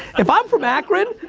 if i'm from akron,